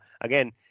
Again